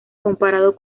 comparado